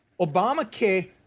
Obamacare